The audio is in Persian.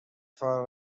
فارغ